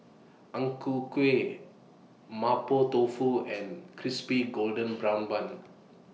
Ang Ku Kueh Mapo Tofu and Crispy Golden Brown Bun